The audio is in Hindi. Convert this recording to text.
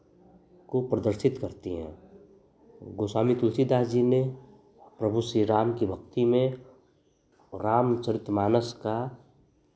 को प्रदर्शित करती हैं गोस्वामी तुलसी दास जी ने प्रभु श्री राम की भक्ति में रामचरित मानस का